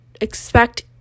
Expect